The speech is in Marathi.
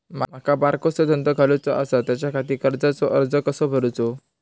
माका बारकोसो धंदो घालुचो आसा त्याच्याखाती कर्जाचो अर्ज कसो करूचो?